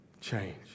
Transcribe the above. change